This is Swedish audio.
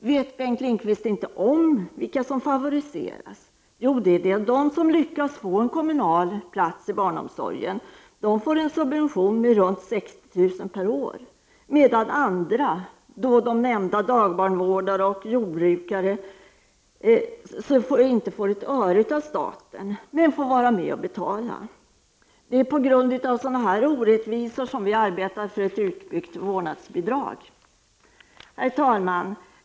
Vet Bengt Lindqvist inte om vilka som favoriseras? Jo, det är de som lyckas få en plats inom kommunal barnomsorg. De får en subvention med ungefär 60.000 kr. per år, medan andra, de nämnda dagbarnvårdarna och jordbrukarna, inte får ett öre av staten men ändå får vara med och betala. Det är på grund av sådana orättvisor som vi arbetar för ett utbyggt vårdnadsbidrag. Herr talman!